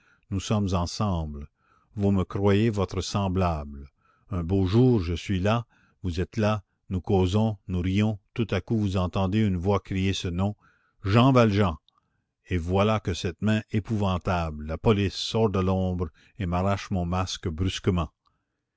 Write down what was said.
nous sommes ensemble vous me croyez votre semblable un beau jour je suis là vous êtes là nous causons nous rions tout à coup vous entendez une voix crier ce nom jean valjean et voilà que cette main épouvantable la police sort de l'ombre et m'arrache mon masque brusquement